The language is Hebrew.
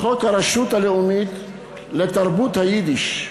חוק הרשות הלאומית לתרבות היידיש,